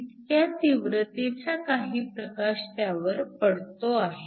इतक्या तीव्रतेचा काही प्रकाश ह्यावर पडतो आहे